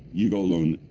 yigal allon,